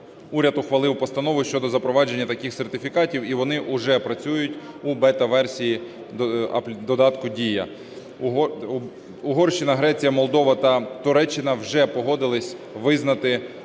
уряд ухвалив Постанову щодо запровадження таких сертифікатів, і вони вже працюють у бета-версії додатку "Дія". Угорщина, Греція, Молдова та Туреччина вже погодились визнати